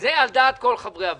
זה על דעת כל חברי הוועדה.